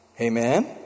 Amen